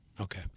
Okay